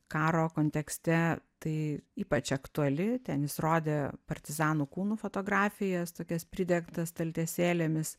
karo kontekste tai ypač aktuali ten jis rodė partizanų kūnų fotografijas tokias pridengtas staltiesėlėmis